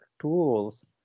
tools